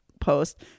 Post